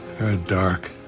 dark.